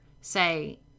say